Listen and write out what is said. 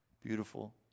Beautiful